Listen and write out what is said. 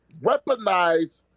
weaponize